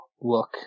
look